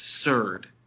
absurd